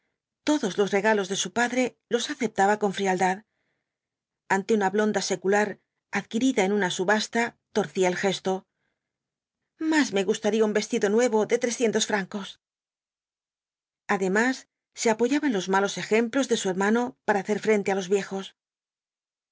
todos los regalos de su padre los aceptaba con frialdad ante una blonda secular adquirida en una subasta torcía el gesto más me gustaría un vestido nuevo de trescientos francos además se apoyaba en los malos ejemplos desu hermano para hacer frente á los viejos